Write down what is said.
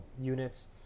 units